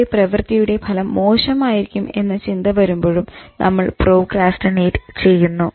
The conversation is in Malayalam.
നമ്മുടെ പ്രവർത്തിയുടെ ഫലം മോശമായിരിയ്ക്കും എന്ന ചിന്ത വരുമ്പോഴും നമ്മൾ പ്രോക്രാസ്റ്റിനേറ്റ് ചെയ്യുന്നു